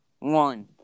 One